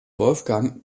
wolfgang